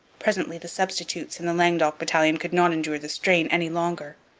presently the substitutes in the languedoc battalion could not endure the strain any longer.